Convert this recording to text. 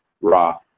raw